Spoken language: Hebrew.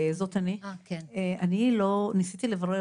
ניסיתי לברר,